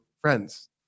friends